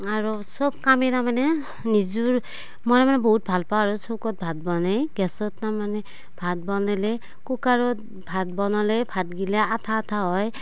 আৰু চব কামেই তাৰ মানে নিজৰ মই মানে বহুত ভালপাওঁ আৰু চৌকাত ভাত বনাই গেছত তাৰ মানে ভাত বনালে কুকাৰত ভাত বনালে ভাতগিলা আঠা আঠা হয়